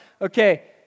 Okay